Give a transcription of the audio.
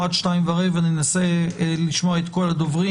ננסה לשמוע את כל הדוברים